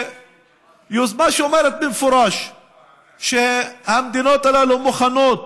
היוזמה אומרת במפורש שהמדינות הללו מוכנות